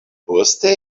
poste